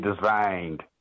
designed